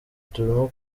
turimo